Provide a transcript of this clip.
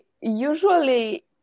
usually